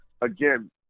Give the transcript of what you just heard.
Again